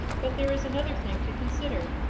but there is another thing to consider.